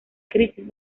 crisis